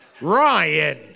Ryan